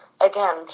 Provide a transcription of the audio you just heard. again